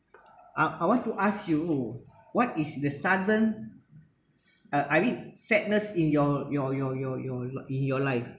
I I want to ask you what is the sudden uh I mean sadness in your your your your your in your life